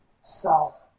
self